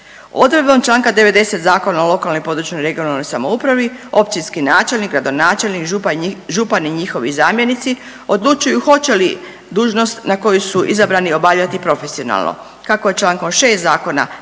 Odredbom čl. 90. Zakona o lokalnoj i područnoj regionalnoj samoupravi općinski načelnik, gradonačelnik, župan i nji…, župan i njihovi zamjenici odlučuju hoće li dužnost na koju su izabrani obavljati profesionalno. Kako je čl. 6. zakona